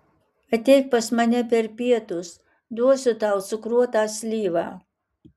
ateik pas mane per pietus duosiu tau cukruotą slyvą